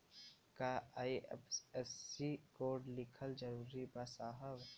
का IFSC code लिखल जरूरी बा साहब?